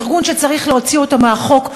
ארגון שצריך להוציא אותו מחוץ לחוק,